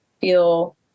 feel